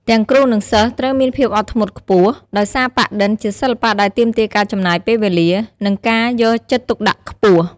ទាំងគ្រូ និងសិស្សត្រូវមានភាពអត់ធ្មត់ខ្ពស់ ដោយសារប៉ាក់-ឌិន ជាសិល្បៈដែលទាមទារការចំណាយពេលវេលា និងការយកចិត្តទុកដាក់ខ្ពស់។